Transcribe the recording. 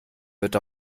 wird